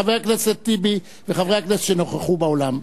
חבר הכנסת טיבי וחברי הכנסת שנכחו באולם,